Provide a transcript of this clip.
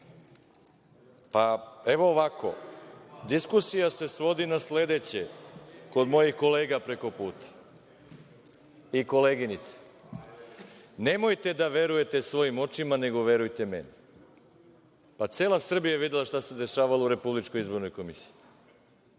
svega ostalog. Diskusija se svodi na sledeće kod mojih kolega prekoputa i koleginice. Nemojte da verujete svojim očima, nego verujete meni, pa cela Srbija je videla šta se dešavalo u RIK, cela Srbija.